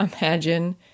imagine